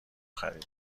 خریدیم